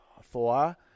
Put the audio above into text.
Four